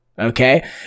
okay